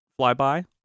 flyby